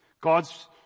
God's